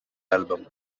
album